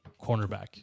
cornerback